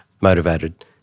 motivated